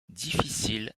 difficile